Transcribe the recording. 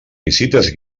visites